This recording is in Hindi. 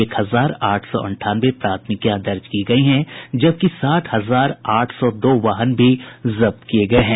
एक हजार आठ सौ अंठानवे प्राथमिकियां दर्ज की गयी हैं जबकि साठ हजार आठ सौ दो वाहन भी जब्त किये गये हैं